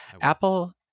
Apple